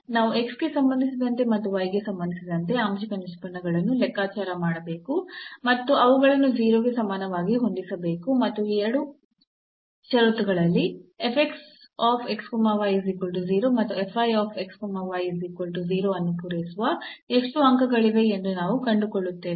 ನಾವು x ಗೆ ಸಂಬಂಧಿಸಿದಂತೆ ಮತ್ತು y ಗೆ ಸಂಬಂಧಿಸಿದಂತೆ ಆಂಶಿಕ ನಿಷ್ಪನ್ನಗಳನ್ನು ಲೆಕ್ಕಾಚಾರ ಮಾಡಬೇಕು ಮತ್ತು ಅವುಗಳನ್ನು 0 ಗೆ ಸಮಾನವಾಗಿ ಹೊಂದಿಸಬೇಕು ಮತ್ತು ಈ ಎರಡು ಷರತ್ತುಗಳಲ್ಲಿ ಅನ್ನು ಪೂರೈಸುವ ಎಷ್ಟು ಅಂಕಗಳಿವೆ ಎಂದು ನಾವು ಕಂಡುಕೊಳ್ಳುತ್ತೇವೆ